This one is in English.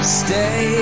stay